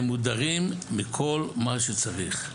והם מודרים מכל מה שצריך.